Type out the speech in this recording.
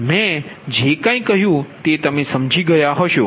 તેથી મેં જે કાંઈ કહ્યું તે તમે સમજી ગયા હશો